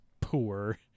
poor